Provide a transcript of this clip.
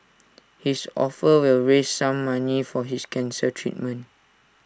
his offer will raise some money for his cancer treatment